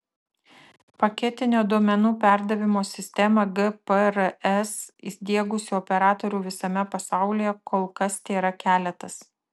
paketinio duomenų perdavimo sistemą gprs įdiegusių operatorių visame pasaulyje kol kas tėra keletas